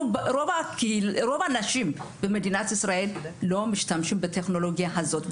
רוב האנשים במדינת ישראל לא משתמשים בטכנולוגיה הזאת.